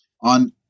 on